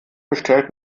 bestellt